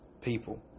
people